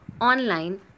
online